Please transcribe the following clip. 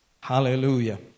Hallelujah